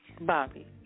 Bobby